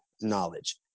knowledge